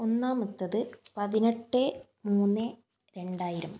ഒന്നാമത്തേത് പതിനെട്ട് മൂന്ന് രണ്ടായിരം